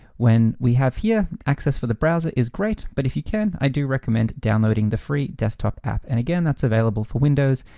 when we have here, access for the browser is great. but if you can i do recommend downloading the free desktop app. and again, that's available for windows,